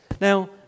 Now